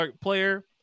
player